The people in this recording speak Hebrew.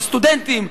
לסטודנטים,